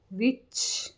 ਵਿੱਚ